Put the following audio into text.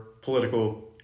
political